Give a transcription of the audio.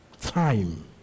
Time